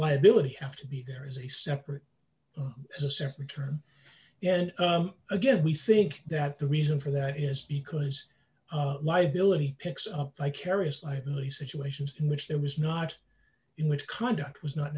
liability have to be there is a separate separate term yet again we think that the reason for that is because of liability picks up vicarious liability situations in which there was not in which conduct was not